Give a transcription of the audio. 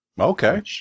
Okay